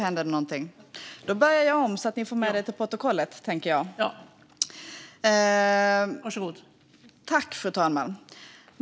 Fru talman!